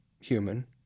human